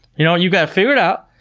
you know, you've got to figure it out,